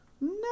No